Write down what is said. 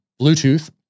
Bluetooth